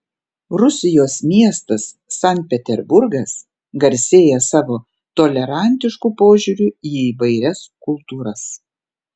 rusijos miestas sankt peterburgas garsėja savo tolerantišku požiūriu į įvairias kultūras